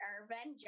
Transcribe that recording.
Irvin